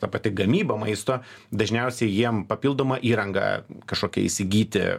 ta pati gamyba maisto dažniausiai jiem papildomą įrangą kažkokią įsigyti